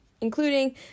including